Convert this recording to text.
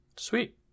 Sweet